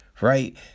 right